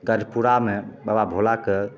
कर्पूरामे बाबा भोलाके